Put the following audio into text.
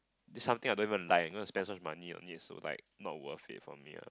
this something I don't even like and I'm not going to spend so much money on it so like not worth it for me lah